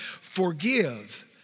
Forgive